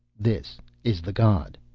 this is the god.